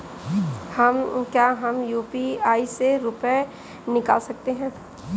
क्या हम यू.पी.आई से रुपये निकाल सकते हैं?